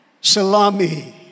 salami